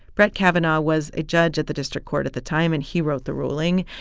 brett kavanaugh was a judge at the district court at the time. and he wrote the ruling.